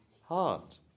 heart